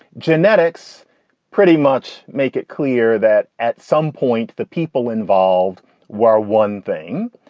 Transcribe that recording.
genetics pretty much make it clear that at some point the people involved were one thing.